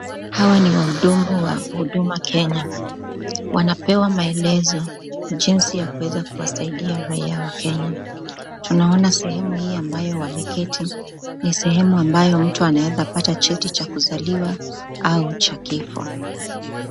Hawa ni wahudumu wa huduma Kenya. Wanapewa maelezo jinsi ya kuweza kuwasaidia raia Wakenya. Tunaona sehemu hii ambayo wameketi ni sehemu ambayo mtu anaweza pata cheti cha kuzaliwa au cha kifo.